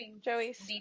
Joey's